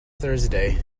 thursday